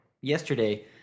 yesterday